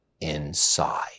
inside